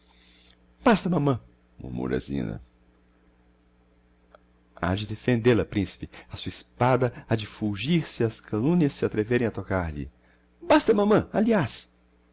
basta mamã murmura a zina ha de defendêl a principe a sua espada ha de fulgir se as calumnias se atreverem a tocar-lhe basta mamã aliás